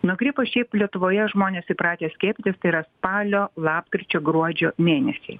nuo gripo šiaip lietuvoje žmonės įpratę skiepytis tai yra spalio lapkričio gruodžio mėnesiai